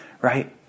right